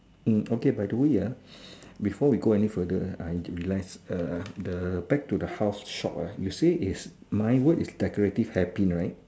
okay by the way before we go any further I realise the back to the house shop you say is my is decorative hat pin right